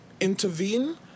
intervene